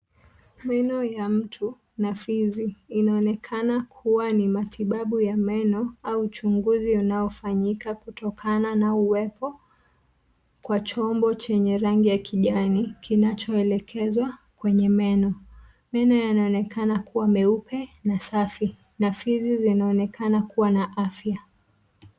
Meno ya mtu na fizi inaonekana. Kuwa ni matibabu ya meno au uchunguzi unaofanyika, kutokana na uwepo kwa chombo chenye rangi ya kijani, kinachoelekezwa kwenye meno. Meno yanaonekana kuwa meupe na safi, na fizi zinaonekana kuwa na afya.